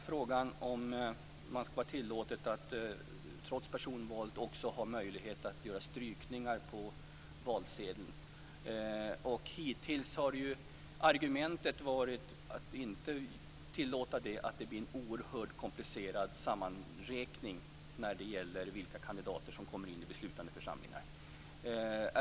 Frågan om det skall vara tillåtet att göra strykningar på valsedlarna har också diskuterats. Hittills har argumentet emot varit att det blir en oerhört komplicerad sammanräkning när det gäller vilka kandidater som kommer in i beslutande församlingar.